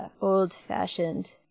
old-fashioned